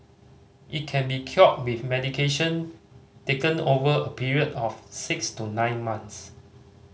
it can be cured with medication taken over a period of six to nine months